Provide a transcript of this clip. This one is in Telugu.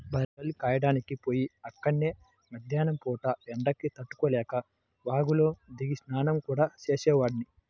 బర్రెల్ని కాయడానికి పొయ్యి అక్కడే మద్దేన్నం పూట ఎండకి తట్టుకోలేక వాగులో దిగి స్నానం గూడా చేసేవాడ్ని